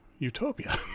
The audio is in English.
utopia